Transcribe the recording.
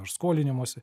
ar skolinimosi